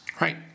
Right